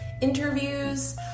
interviews